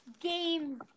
game